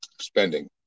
spending